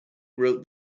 wrote